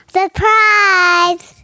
Surprise